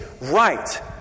right